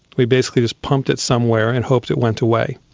we basically just pumped it somewhere and hoped it went away.